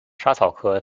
莎草科